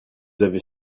avez